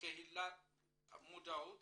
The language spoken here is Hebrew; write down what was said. מודעות